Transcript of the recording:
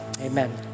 Amen